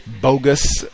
bogus